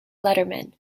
letterman